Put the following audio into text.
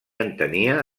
entenia